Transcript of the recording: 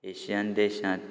Asian देशांत